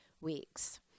weeks